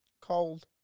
Cold